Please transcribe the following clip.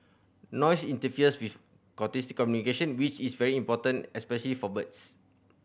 noise interferes with communication which is very important especially for birds